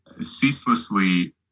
ceaselessly